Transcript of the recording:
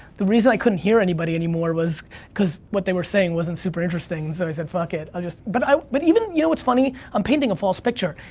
the reason i couldn't hear anybody anymore was cause what they were saying wasn't super interesting. so, i said fuck it, i'll just, but but even, you know what's funny, i'm painting a false picture.